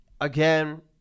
again